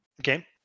okay